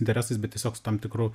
interesais bet tiesiog su tam tikru